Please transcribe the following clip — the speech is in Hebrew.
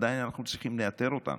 עדיין אנחנו צריכים לאתר אותם